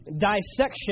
dissection